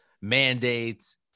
mandates